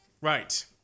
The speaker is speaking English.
Right